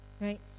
Right